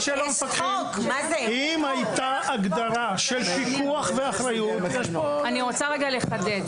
כי אם הייתה הגדרה של פיקוח ואחריות --- אני רוצה לחדד.